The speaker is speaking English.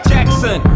Jackson